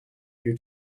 you